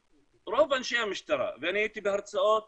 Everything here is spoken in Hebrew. שרוב אנשי המשטרה חושבים, ואני הייתי בהרצאות